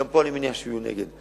אני מניח שגם פה יהיו נגד.